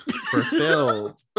fulfilled